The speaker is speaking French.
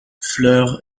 fleur